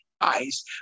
eyes